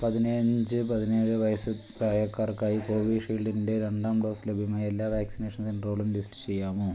പതിനഞ്ച് പതിനേഴ് വയസ്സ് പ്രായക്കാർക്കായി കോവിഷീൽഡിൻ്റെ രണ്ടാം ഡോസ് ലഭ്യമായ എല്ലാ വാക്സിനേഷൻ സെൻ്ററുകളും ലിസ്റ്റ് ചെയ്യാമോ